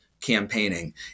Campaigning